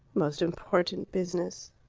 most important business.